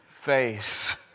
face